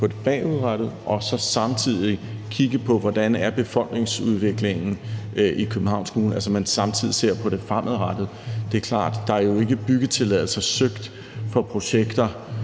på det bagudrettet og så samtidig kigge på, hvordan befolkningsudviklingen i Københavns Kommune er, altså samtidig at se på det fremadrettet. Det er klart, at der jo ikke er søgt byggetilladelser for projekter,